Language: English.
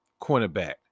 Cornerback